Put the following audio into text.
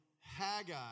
Haggai